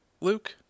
Luke